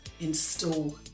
install